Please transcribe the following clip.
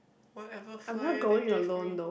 whatever flyer they gave me